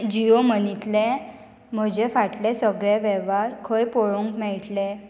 जियो मनींतले म्हजे फाटले सगळे वेव्हार खंय पळोवंक मेयटले